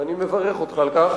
ואני מברך אותך על כך,